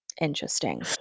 Interesting